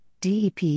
DEP